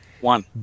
one